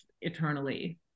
eternally